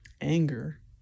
anger